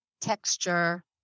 texture